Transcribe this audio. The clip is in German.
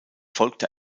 folgte